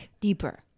deeper